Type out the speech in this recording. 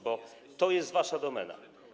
bo to jest wasza domena.